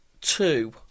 two